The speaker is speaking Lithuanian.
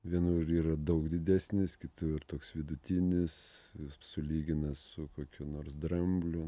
vienur yra daug didesnis kitur toks vidutinis sulygina su kokiu nors drambliu